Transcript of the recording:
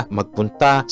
magpunta